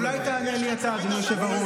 למה אתה מפריע לו?